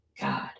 God